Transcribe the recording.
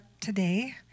today